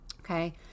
okay